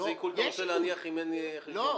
איזה עיקול אתה רוצה להניח אם אין חשבון בנק?